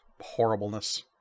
horribleness